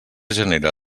genera